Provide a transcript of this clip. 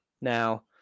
Now